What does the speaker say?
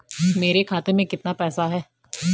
मेरे खाते में कितना पैसा है?